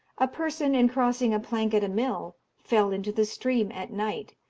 a person, in crossing a plank at a mill, fell into the stream at night,